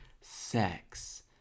sex